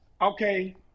Okay